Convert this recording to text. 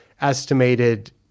estimated